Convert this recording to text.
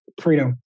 Freedom